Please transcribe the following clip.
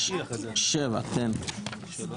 7,6,5,4.